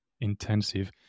intensive